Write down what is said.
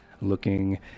looking